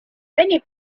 many